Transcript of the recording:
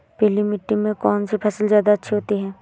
पीली मिट्टी में कौन सी फसल ज्यादा अच्छी होती है?